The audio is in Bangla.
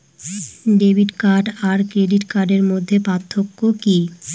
ডেবিট কার্ড আর ক্রেডিট কার্ডের মধ্যে পার্থক্য কি?